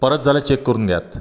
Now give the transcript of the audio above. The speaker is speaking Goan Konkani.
परत जाय जाल्यार चॅक करून घेयात